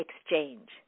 exchange